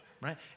Right